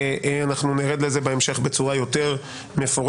אנחנו נרד לזה בהמשך בצורה יותר מפורטת.